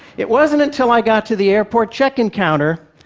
it wasn't until i got to the airport check-in counter,